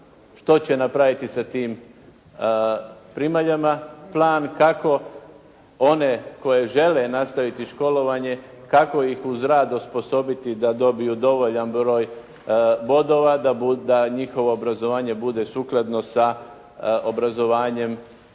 što će napraviti sa tim primaljama, plan kako one koje žele nastaviti školovanje, kako ih uz rad osposobiti da dobiju dovoljan broj bodova, da njihovo obrazovanje bude sukladno sa obrazovanjem